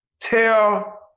tell